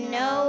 no